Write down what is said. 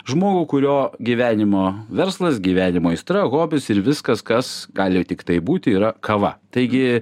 žmogų kurio gyvenimo verslas gyvenimo aistra hobis ir viskas kas gali tiktai būti yra kava taigi